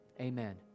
amen